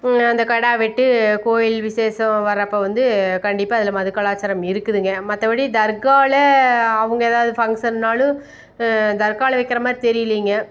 அந்த கிடா வெட்டு கோயில் விசேஷம் வரப்போ வந்து கண்டிப்பாக அதில் மது கலாச்சாரம் இருக்குதுங்க மற்றபடி தர்காவில் அவங்க ஏதாவது ஃபங்க்ஷனாலும் தர்காவில் வைக்கிற மாதிரி தெரியலிங்க